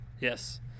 Yes